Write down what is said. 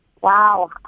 Wow